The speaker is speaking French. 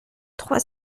trois